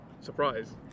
Surprise